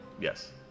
Yes